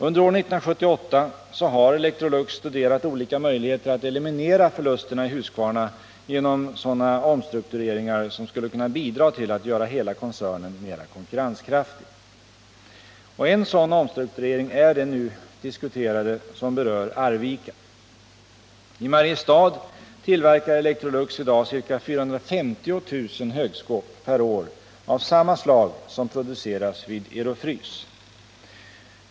Under år 1978 har Electrolux studerat olika möjligheter att eliminera förlusterna i Husqvarna genom sådana omstruktureringar som skulle kunna bidra till att göra hela koncernen mera konkurrenskraftig. En sådan omstrukturering är den nu diskuterade som berör Arvika. I Mariestad tillverkar Electrolux i dag ca 450 000 högskåp per år av samma slag som produceras vid Ero-Frys.